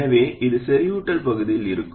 எனவே இது செறிவூட்டல் பகுதியில் இருக்கும்